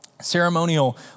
ceremonial